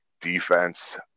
defense